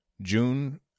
June